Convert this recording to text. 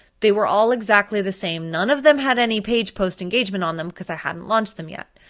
they were all exactly the same. none of them had any page post engagement on them because i hadn't launched them yet.